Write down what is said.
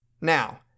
Now